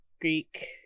Greek